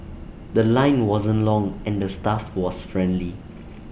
The Line wasn't long and the staff was friendly